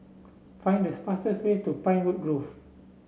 find this fastest way to Pinewood Grove